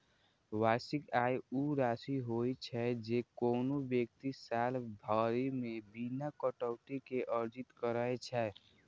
वार्षिक आय ऊ राशि होइ छै, जे कोनो व्यक्ति साल भरि मे बिना कटौती के अर्जित करै छै